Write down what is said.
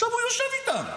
עכשיו הוא יושב איתם.